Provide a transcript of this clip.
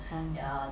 oh